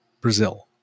Brazil